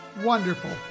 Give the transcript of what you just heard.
wonderful